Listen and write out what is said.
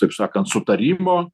taip sakant sutarimo